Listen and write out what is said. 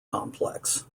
complex